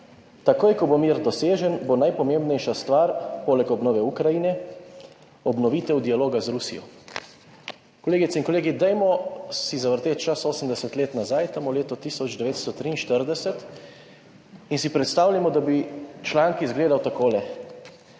Takoj ko bo mir dosežen, bo najpomembnejša stvar poleg obnove Ukrajine obnovitev dialoga z Rusijo.« Kolegice in kolegi, dajmo si zavrteti čas 80 let nazaj, tam v leto 1943 in si predstavljamo, da bi članki izgledal takole: